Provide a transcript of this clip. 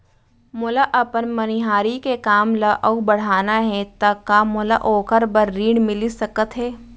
मोला अपन मनिहारी के काम ला अऊ बढ़ाना हे त का मोला ओखर बर ऋण मिलिस सकत हे?